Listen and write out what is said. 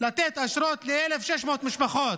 לתת אשרות ל-1,600 משפחות.